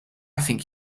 think